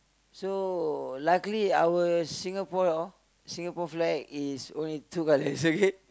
so luckily our Singapore Singapore flag is only two colours red